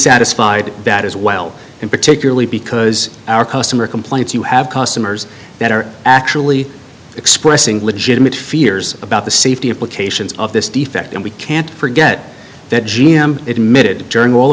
satisfied that as well and particularly because our customer complaints you have customers that are actually expressing legitimate fears about the safety implications of this defect and we can't forget that g m admitted journal